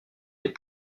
les